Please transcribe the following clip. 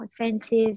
offensive